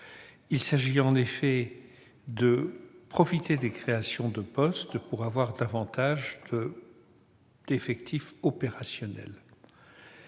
Il s'agit en effet de profiter des créations de postes pour avoir davantage d'effectifs opérationnels.